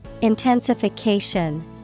Intensification